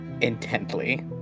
intently